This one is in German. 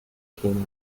keiner